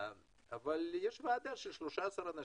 אבל יש ועדה של 13 אנשים,